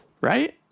right